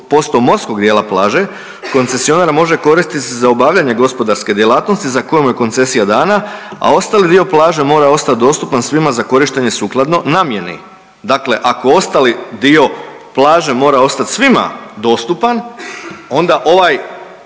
i 50% morskog dijela plaže koncesionar može koristiti za obavljanje gospodarske djelatnosti za koju je koncesija dana, a ostali dio plaže mora ostati dostupan svima za korištenje sukladno namjeni. Dakle, ako ostali dio plaže mora ostati svima dostupan onda ovaj,